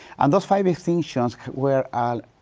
and those five extinctions were, ah,